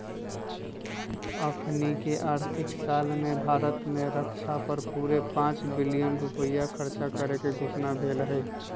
अखनीके आर्थिक साल में भारत में रक्षा पर पूरे पांच बिलियन रुपइया खर्चा करेके घोषणा भेल हई